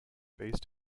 based